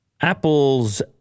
Apple's